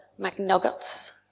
McNuggets